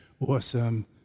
awesome